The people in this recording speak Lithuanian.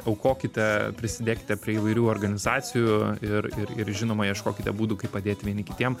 aukokite prisidėkite prie įvairių organizacijų ir ir ir žinoma ieškokite būdų kaip padėti vieni kitiem